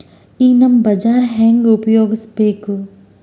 ಈ ನಮ್ ಬಜಾರ ಹೆಂಗ ಉಪಯೋಗಿಸಬೇಕು?